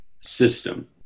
System